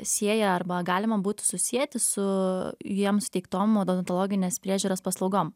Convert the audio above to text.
sieja arba galima būtų susieti su jiem suteiktom odontologinės priežiūros paslaugom